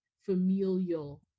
familial